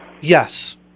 Yes